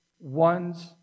one's